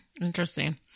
Interesting